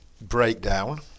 breakdown